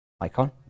icon